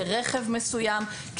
כרכב מסוים,